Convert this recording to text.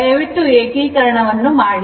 ದಯವಿಟ್ಟು ಏಕೀಕರಣವನ್ನು ಮಾಡಿ